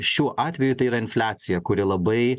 šiuo atveju tai yra infliacija kuri labai